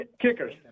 Kickers